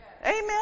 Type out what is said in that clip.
Amen